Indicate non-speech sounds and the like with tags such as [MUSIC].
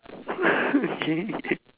[LAUGHS] okay